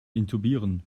intubieren